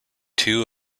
two